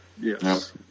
Yes